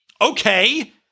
Okay